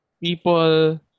people